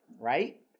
right